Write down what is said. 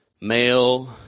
Male